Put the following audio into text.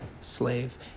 slave